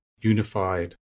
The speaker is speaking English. unified